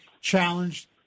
challenged